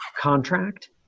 contract